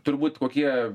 turbūt kokie